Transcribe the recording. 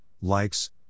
likes